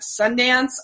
Sundance